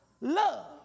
love